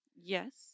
yes